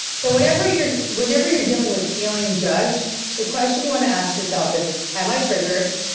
so whenever you're whenever you're dealing with feeling judged the question you want to ask yourself is am i triggered,